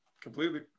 completely